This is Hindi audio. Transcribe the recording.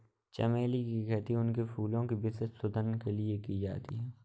चमेली की खेती उनके फूलों की विशिष्ट सुगंध के लिए की जाती है